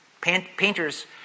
Painters